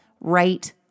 right